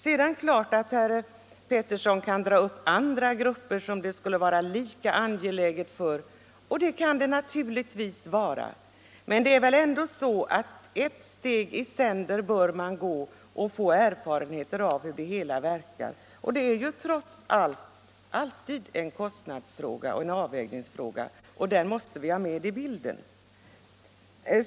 Sedan är det klart att herr Pettersson kan dra upp andra grupper som denna fråga skulle vara lika angelägen för, men man bör ändå ta ett steg i sänder och få erfarenhet av hur det hela verkar. Det är trots allt en kostnadsfråga och en avvägningsfråga, och detta faktum måste vi ha med i bilden.